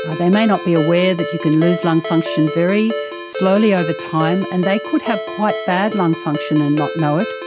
ah they may not be aware that you can lose function very slowly over time and they could have quite bad lung function and not know it,